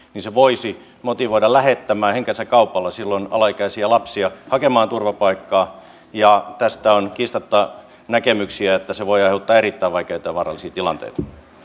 se voisi silloin motivoida lähettämään henkensä kaupalla alaikäisiä lapsia hakemaan turvapaikkaa tästä on kiistatta näkemyksiä että se voi aiheuttaa erittäin vaikeita ja vaarallisia tilanteita